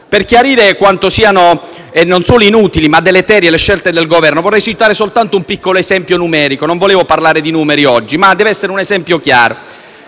Per chiarire quanto siano, non solo inutili, ma deleterie le scelte del Governo, vorrei citare soltanto un piccolo esempio numerico. Non volevo parlare di numeri oggi, ma deve essere un esempio chiaro.